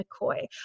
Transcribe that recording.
McCoy